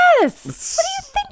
Yes